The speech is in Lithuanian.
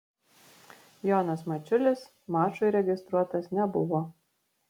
jonas mačiulis mačui registruotas nebuvo